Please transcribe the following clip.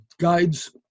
guides